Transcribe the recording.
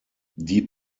die